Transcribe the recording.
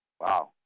Wow